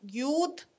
youth